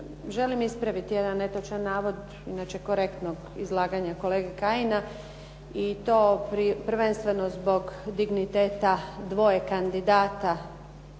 želim ispravit jedan netočan navod inače korektnog izlaganja kolege Kajina. I to prvenstveno zbog digniteta dvoje kandidata,